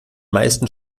meisten